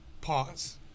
Pause